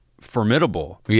formidable